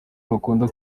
bakunda